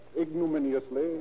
ignominiously